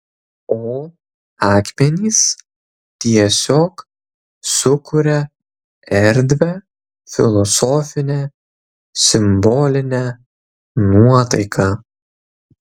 o akmenys tiesiog sukuria erdvią filosofinę simbolinę nuotaiką